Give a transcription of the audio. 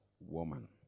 Woman